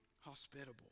hospitable